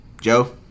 Joe